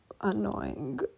annoying